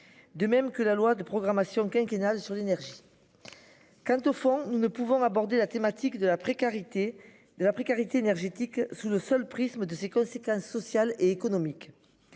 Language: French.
De même que la loi de programmation quinquennale sur l'énergie. Quant au fond, nous ne pouvons aborder la thématique de la précarité de la précarité énergétique sous le seul prisme de ses conséquences sociales et économiques.